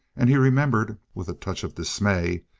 and he remembered, with a touch of dismay,